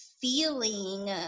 feeling